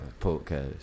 podcast